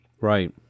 Right